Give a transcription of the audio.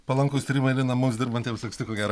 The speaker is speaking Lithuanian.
palankūs tyrimai lina mums dirbantiems anksti ko gero